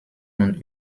und